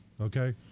Okay